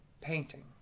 painting